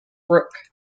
brook